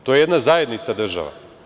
To je jedna zajednica država.